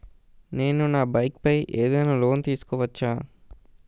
నేను నా బైక్ పై ఏదైనా లోన్ తీసుకోవచ్చా?